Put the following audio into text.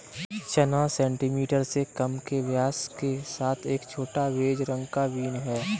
चना सेंटीमीटर से कम के व्यास के साथ एक छोटा, बेज रंग का बीन है